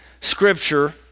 scripture